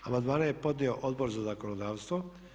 Amandmane je podnio Odbor za zakonodavstvo.